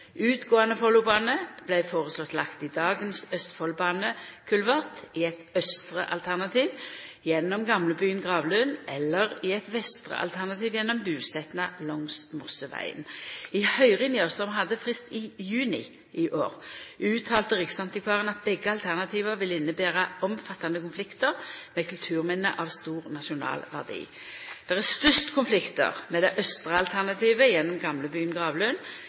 Utgåande Follobane vart foreslått lagd i dagens Østfoldbanekulvert i eit austre alternativ gjennom Gamlebyen gravlund eller i eit vestre alternativ gjennom busetnad langs Mosseveien. I høyringa som hadde frist i juni i år, uttala riksantikvaren at begge alternativa vil innebera omfattande konfliktar med kulturminne av stor nasjonal verdi. Det er størst konflikt med det austre alternativet gjennom Gamlebyen